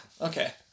Okay